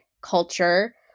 culture